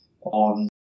on